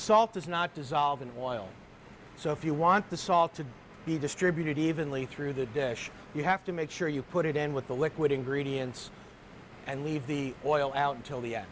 does not dissolve and while so if you want the salt to be distributed evenly through the dish you have to make sure you put it in with the liquid ingredients and leave the oil out until the